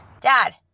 Dad